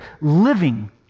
living